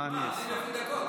אני לפי דקות.